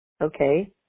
okay